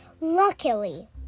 Luckily